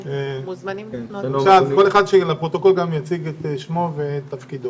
העמדה הכללית שלנו היא שזה נעשה בתיאום והסכמה